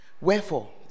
wherefore